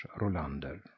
Rolander